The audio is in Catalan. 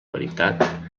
veritat